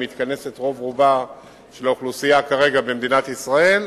מתכנס רוב רובה של האוכלוסייה כרגע במדינת ישראל.